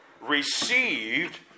received